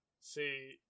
see